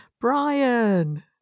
Brian